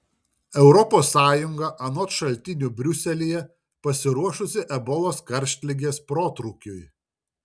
europos sąjunga anot šaltinių briuselyje pasiruošusi ebolos karštligės protrūkiui